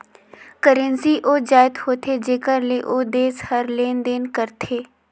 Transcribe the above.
currency ओ जाएत होथे जेकर ले ओ देस हर लेन देन करथे